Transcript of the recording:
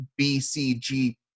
BCG